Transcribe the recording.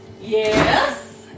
Yes